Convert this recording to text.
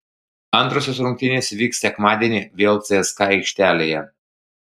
antrosios rungtynės vyks sekmadienį vėl cska aikštelėje